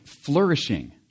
flourishing